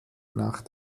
nach